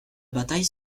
bataille